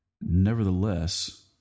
Nevertheless